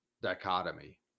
dichotomy